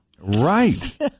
Right